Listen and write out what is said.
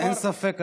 אין ספק,